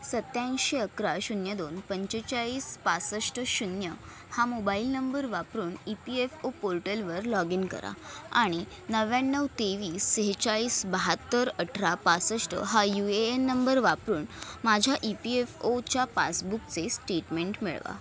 सत्त्याऐंशी अकरा शून्य दोन पंचेचाळीस पासष्ट शून्य हा मोबाईल नंबर वापरून ई पी एफ ओ पोर्टलवर लॉग इन करा आणि नव्याण्णव तेवीस सेहेचाळीस बाहत्तर अठरा पासष्ट हा यू ए एन नंबर वापरून माझ्या ई पी एफ ओच्या पासबुकचे स्टेटमेंट मिळवा